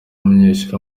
umunyeshuri